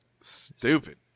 Stupid